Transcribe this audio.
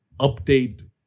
update